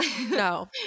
No